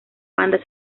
banda